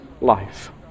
life